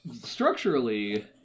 structurally